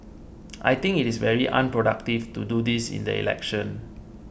I think it is very unproductive to do this in the election